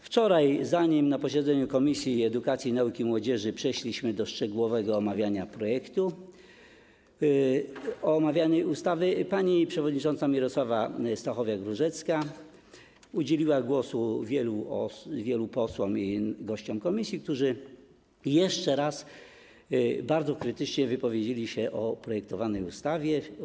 Wczoraj, zanim na posiedzeniu Komisji Edukacji, Nauki i Młodzieży przeszliśmy do szczegółowego omawiania projektu danej ustawy, pani przewodnicząca Mirosława Stachowiak-Różecka udzieliła głosu wielu posłom i gościom komisji, którzy jeszcze raz bardzo krytycznie wypowiedzieli się o projektowanej ustawie.